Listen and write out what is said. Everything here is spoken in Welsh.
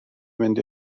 mynd